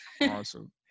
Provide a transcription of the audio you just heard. Awesome